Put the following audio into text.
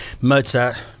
Mozart